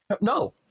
no